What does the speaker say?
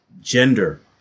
gender